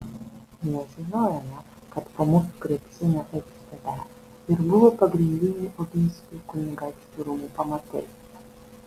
nežinojome kad po mūsų krepšinio aikštele ir buvo pagrindiniai oginskių kunigaikščių rūmų pamatai